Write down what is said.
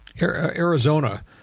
Arizona